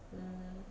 um hmm